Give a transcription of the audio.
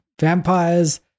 vampires